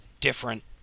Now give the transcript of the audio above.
different